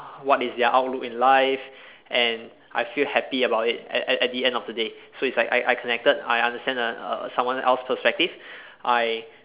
what is their outlook in life and I feel happy about it at at at the end of the day so it's like I I connected I understand uh uh someone else perspective